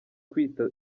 kwita